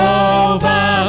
over